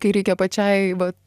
kai reikia pačiai vat